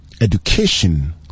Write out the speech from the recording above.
education